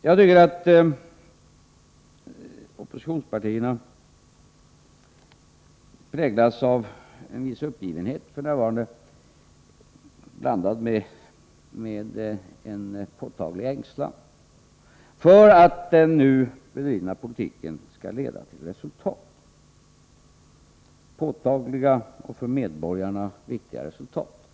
Jag tycker att oppositionspartierna f.n. präglas av en viss uppgivenhet, blandad med en påtaglig ängslan för att den nu bedrivna politiken skall leda till uppenbara och för medborgarna viktiga resultat.